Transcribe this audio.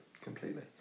completely